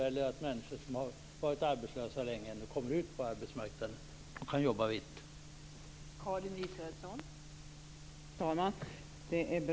Dessutom kan människor som varit arbetslösa under en lång tid på det här sättet komma ut på arbetsmarknaden och jobba vitt.